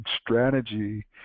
strategy